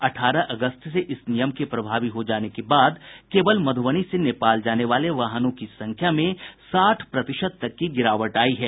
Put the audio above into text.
अठारह अगस्त से इस नियम के प्रभावी हो जाने के बाद केवल मधुबनी से नेपाल जाने वाले वाहनों की संख्या में साठ प्रतिशत तक की गिरावट आयी है